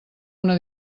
una